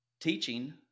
teaching